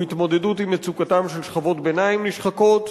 הוא התמודדות עם מצוקתן של שכבות ביניים נשחקות,